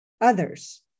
others